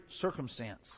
circumstance